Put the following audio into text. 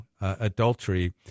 adultery